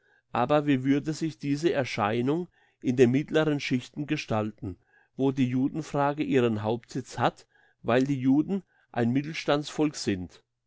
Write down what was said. aber wie würde sich diese erscheinung in den mittleren schichten gestalten wo die judenfrage ihren hauptsitz hat weil die juden ein mittelstandsvolk sind